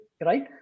Right